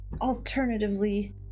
alternatively